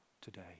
today